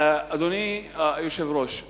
אדוני היושב-ראש,